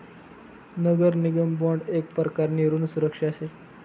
नगर निगम बॉन्ड येक प्रकारनी ऋण सुरक्षा शे